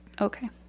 Okay